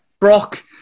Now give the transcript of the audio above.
Brock